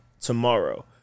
tomorrow